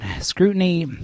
scrutiny